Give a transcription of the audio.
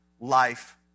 life